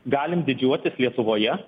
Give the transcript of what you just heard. galim didžiuotis lietuvoje